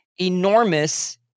enormous